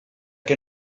que